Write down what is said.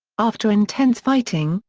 after intense fighting,